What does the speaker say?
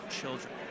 children